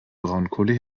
braunkohle